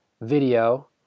video